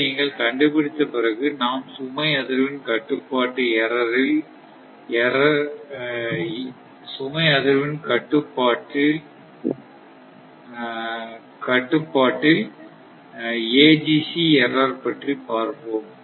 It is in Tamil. இதை நீங்கள் கண்டுபிடித்த பிறகு நாம் சுமை அதிர்வெண் கட்டுப்பாட்டு எர்ரர் இல் AGC பற்றி பார்ப்போம்